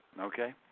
Okay